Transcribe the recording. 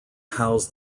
house